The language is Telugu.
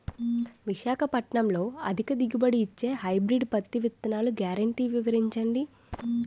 విశాఖపట్నంలో అధిక దిగుబడి ఇచ్చే హైబ్రిడ్ పత్తి విత్తనాలు గ్యారంటీ వివరించండి?